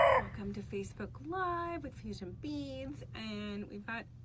welcome to facebook live with fusion beads, and we've got,